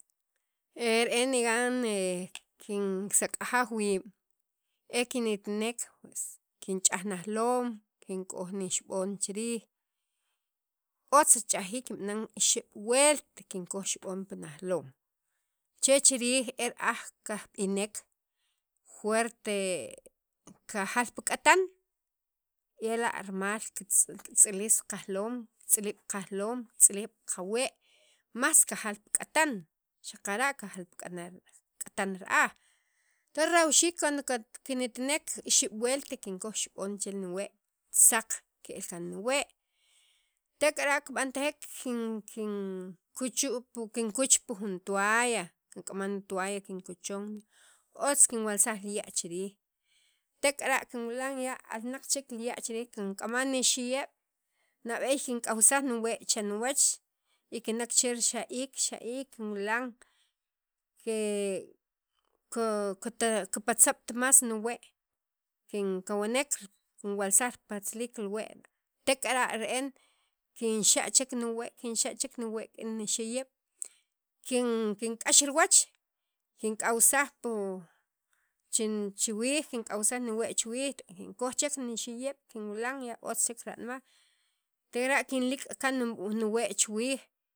e re'en nigan kin sak'ajaj wiib' e kinitinek kinch'aj najaloon kinkoj nixab'on chi riij otz richa'jiik kinb'anan ixeb' wult kinkoj pi najlom che chirij e r'aj kajb'inek jerte kajal pi k'atan ela' rimal kitz kitz'ilis qajlooj kitz'iliib' kajloom kitz'iliib' qwee' más kajal pi k'atan k'atan ra'aj tons rajawxiij e kinitnek ixeb' wult kinkoj xib'on che niwee' saq ke'lkan niwee' tek'ara' kib'antajek kin kin kuchun kinkuch pi jun toalla kink'ama' ni toalla kinkuchon otz kinwalsaj li ya' chi riij tek'ara' kinwilan alnaq chek li ya' chi riij kink'ama' nixiyeeb' nab'eey kink'awsaj niwee' chi niwach y kinak che rixa'iik rixa'iik kinwilan ke koto kipatzab't mas niwee' kinkawnek kinwalsaj li patzlik niwee' tek'ara' re'en kinxa' chek niwee' kinxa' chek niwee' rik'in nixiyeb' kink'awsaj pi chi chuwiij kink'awsaj niwee' chu wiij te kinkoj chek nixiyeb' kinwilan otz chek ranmaj tek'ara' kinlik' kaan niwee' chu wiij.